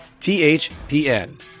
THPN